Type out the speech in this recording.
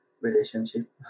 relationship